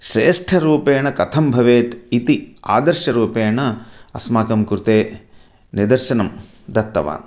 श्रेष्ठरूपेण कथं भवेत् इति आदर्शरूपेण अस्माकं कृते निदर्शनं दत्तवान्